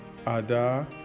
ada